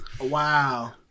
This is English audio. Wow